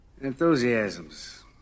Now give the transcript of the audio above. enthusiasms